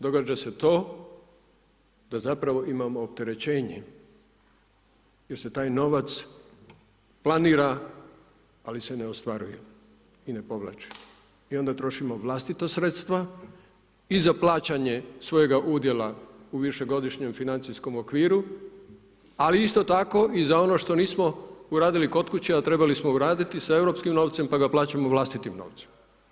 Događa se to da zapravo imamo opterećenje jer se taj novac planira ali se ne ostvaruje i ne povlači i onda trošimo vlastita sredstva i za plaćanje svojega udjela u višegodišnjem financijskom okviru ali isto tako i za ono što nismo uradili kod kuće a trebali smo uraditi sa europskim novcem pa ga plaćamo vlastitim novcem.